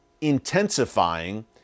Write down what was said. intensifying